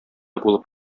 булып